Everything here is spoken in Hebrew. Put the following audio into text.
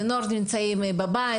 בני הנוער נמצאים בבית,